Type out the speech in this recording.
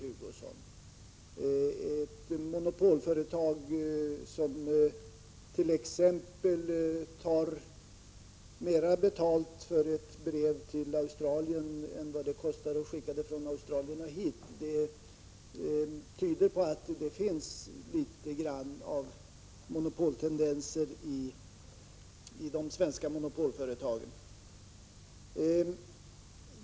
Det faktum att ett monopolföretag, för att nämna ett exempel, tar mera betalt för ett brev till Australien än man där tar för ett brev som skickas hit tyder på att det finns litet grand av monopolistiska tendenser i de svenska monopolföretagen.